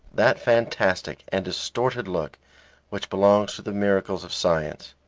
that fantastic and distorted look which belongs to the miracles of science.